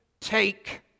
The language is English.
take